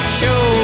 show